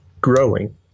growing